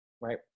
Right